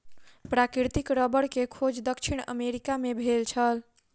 प्राकृतिक रबड़ के खोज दक्षिण अमेरिका मे भेल छल